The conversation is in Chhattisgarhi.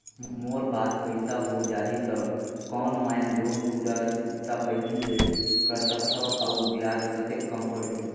मोर पास पईसा हो जाही त कौन मैं लोन पूरा चुकता पहली ले कर सकथव अउ ब्याज कतेक कम पड़ही?